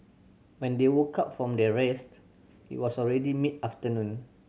when they woke up from their rest it was already mid afternoon